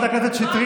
קטי,